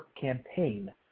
campaign